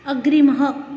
अग्रिमः